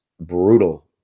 brutal